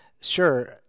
sure